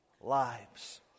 lives